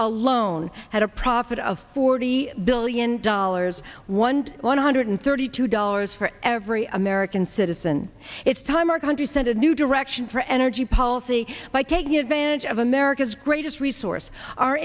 alone had a profit of forty billion dollars one one hundred thirty two dollars for every american citizen it's time our country set a new direction for energy policy by taking advantage of america's greatest resource